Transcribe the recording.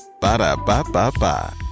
Ba-da-ba-ba-ba